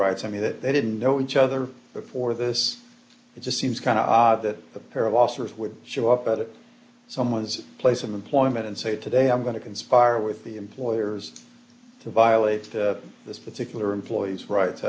rights i mean that they didn't know each other before this it just seems kind of odd that a pair of officers would show up at someone's place of employment and say today i'm going to conspire with the employers to violate this particular employee's right